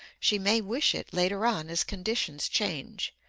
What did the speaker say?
she may wish it later on as conditions change,